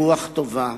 ברוח טובה,